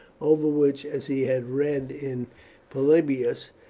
over which, as he had read in polybius,